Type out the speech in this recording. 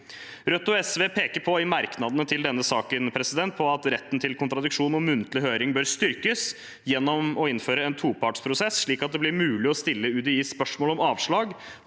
Rødt og SV peker i merknadene til saken på at retten til kontradiksjon og muntlig høring bør styrkes gjennom å innføre en topartsprosess, slik at det blir mulig å stille UDI spørsmål om avslag